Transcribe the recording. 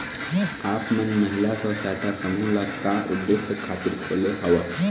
आप मन महिला स्व सहायता समूह ल का उद्देश्य खातिर खोले हँव?